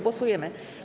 Głosujemy.